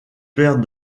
père